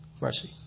mercy